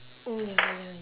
oh ya oh ya